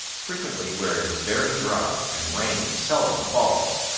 frequently where it is very dry and rain seldom falls.